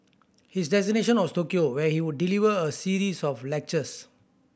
his destination was Tokyo where he would deliver a series of lectures